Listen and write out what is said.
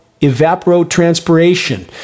evapotranspiration